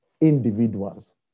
individuals